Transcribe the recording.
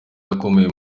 akomeye